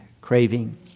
craving